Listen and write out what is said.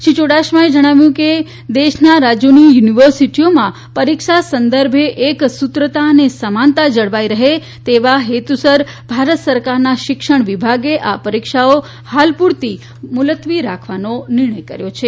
શ્રી યુડાસમાએ જણાવ્યું કે દેશના રાજ્યોની યુનિવર્સિટીઓમાં પરિક્ષા સંદર્ભે એકસૂત્રતા અને સમાનતા જળવાઇ રહે તેવા હેતુસર ભારત સરકારના શિક્ષણવિભાગે આ પરિક્ષાઓ હાલ પૂરતી મુલત્વી રાખવાનો નિર્ણય કર્યો છે